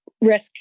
risk